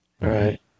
Right